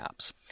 apps